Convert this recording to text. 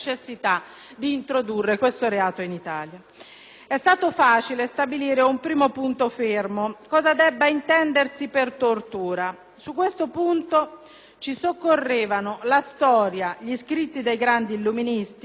«È stato facile stabilire un primo punto fermo, cosa debba intendersi per tortura. Su questo punto ci soccorrevano la storia, gli scritti dei grandi illuministi (Verri, Beccaria, Voltaire, Manzoni),